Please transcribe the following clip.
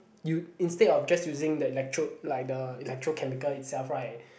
you instead of just using the electrode like the electrochemical itself right